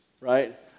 right